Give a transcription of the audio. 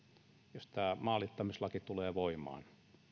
jos tämä maalittamislaki tulee voimaan